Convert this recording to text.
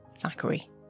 Thackeray